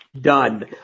Done